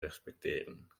respecteren